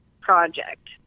project